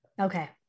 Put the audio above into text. Okay